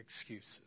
excuses